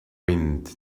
wind